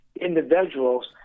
individuals